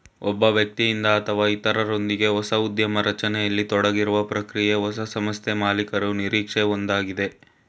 ಒಬ್ಬ ವ್ಯಕ್ತಿಯಿಂದ ಅಥವಾ ಇತ್ರರೊಂದ್ಗೆ ಹೊಸ ಉದ್ಯಮ ರಚನೆಯಲ್ಲಿ ತೊಡಗಿರುವ ಪ್ರಕ್ರಿಯೆ ಹೊಸ ಸಂಸ್ಥೆಮಾಲೀಕರು ನಿರೀಕ್ಷೆ ಒಂದಯೈತೆ